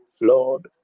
Lord